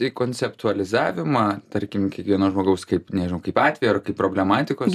į konceptualizavimą tarkim kiekvieno žmogaus kaip nežinau kaip atvejo ar kaip problematikos